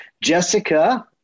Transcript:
Jessica